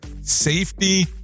safety